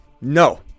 No